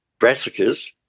brassicas